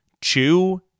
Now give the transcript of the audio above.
Chew